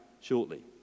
shortly